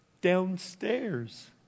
downstairs